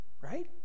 Right